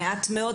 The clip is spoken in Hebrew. מעט מאוד.